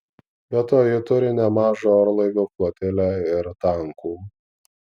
be to ji turi nemažą orlaivių flotilę ir tankų